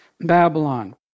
Babylon